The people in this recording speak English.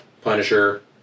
Punisher